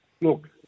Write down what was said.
look